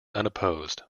unopposed